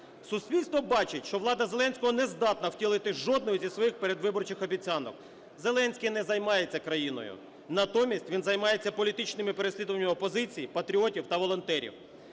Суспільство бачить, що влада Зеленського не здатна втілити жодної зі своїх передвиборчих обіцянок. Зеленський не займається країною, натомість він займається політичними переслідуваннями опозиції, патріотів та волонтерів.